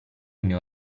mio